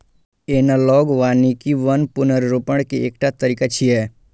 analogue वानिकी वन पुनर्रोपण के एकटा तरीका छियै